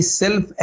self